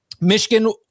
michigan